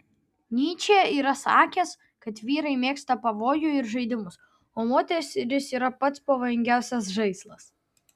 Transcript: nyčė yra sakęs kad vyrai mėgsta pavojų ir žaidimus o moterys yra pats pavojingiausias žaislas